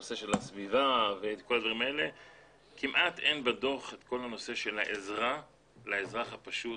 בנושא של הסביבה ובדוח כמעט ואין כל הנושא של העזרה לאזרח הפשוט.